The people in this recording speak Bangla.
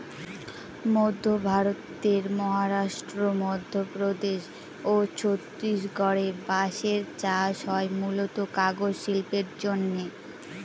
মধ্য ভারতের মহারাষ্ট্র, মধ্যপ্রদেশ ও ছত্তিশগড়ে বাঁশের চাষ হয় মূলতঃ কাগজ শিল্পের জন্যে